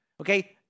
Okay